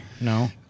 No